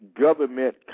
government